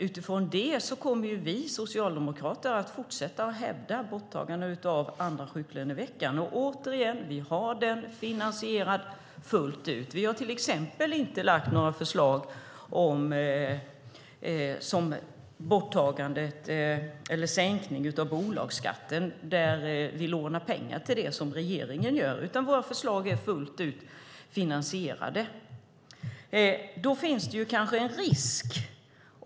Utifrån det kommer vi socialdemokrater att fortsätta att hävda att den andra sjuklöneveckan ska tas bort. Återigen vill jag säga att vi har finansierat detta fullt ut. Vi har till exempel inte lagt fram några förslag om att ta bort eller sänka bolagsskatten och låna pengar till det, vilket regeringen gör, utan våra förslag är fullt ut finansierade.